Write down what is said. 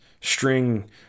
string